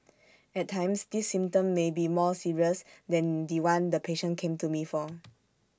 at times this symptom may be more serious than The One the patient came to me for